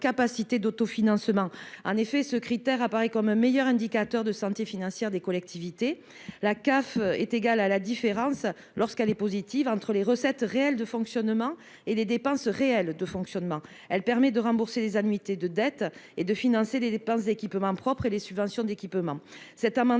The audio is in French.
d'autofinancement. En effet, ce critère apparaît comme un meilleur indicateur de santé financière des collectivités. La capacité d'autofinancement, lorsqu'elle est positive, est égale à la différence entre les recettes réelles de fonctionnement et les dépenses réelles de fonctionnement. Elle permet de rembourser les annuités de dette et de financer les dépenses d'équipement propres et les subventions d'équipement.